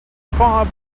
far